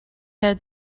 had